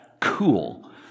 cool